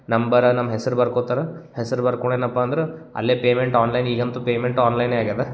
number ನಮ್ಮ ಹೆಸ್ರು ಬರ್ಕೊತಾರೆ ಹೆಸ್ರು ಬರ್ಕೊಂಡೇನಪ್ಪ ಅಂದ್ರೆ ಅಲ್ಲೇ ಪೇಮೆಂಟ್ ಆನ್ಲೈನ್ ಈಗಂತೂ ಪೇಮೆಂಟ್ ಆನ್ಲೈನೇ ಆಗ್ಯದ